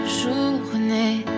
journée